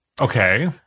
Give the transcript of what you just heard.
okay